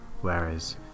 whereas